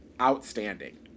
outstanding